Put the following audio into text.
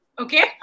okay